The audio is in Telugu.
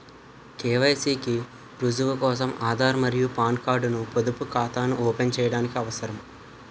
కె.వై.సి కి రుజువు కోసం ఆధార్ మరియు పాన్ కార్డ్ ను పొదుపు ఖాతాను ఓపెన్ చేయడానికి అవసరం